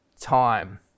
time